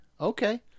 Okay